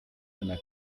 einer